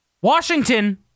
Washington